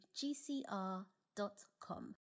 gcr.com